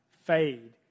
fade